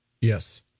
Yes